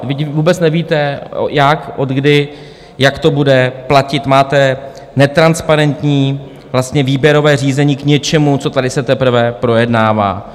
Vždyť vy vůbec nevíte jak, odkdy, jak to bude, platit máte, netransparentní výběrové řízení k něčemu, co tady se teprve projednává.